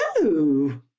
No